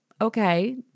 Okay